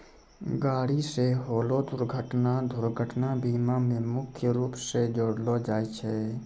गाड़ी से होलो दुर्घटना दुर्घटना बीमा मे मुख्य रूपो से जोड़लो जाय छै